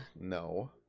no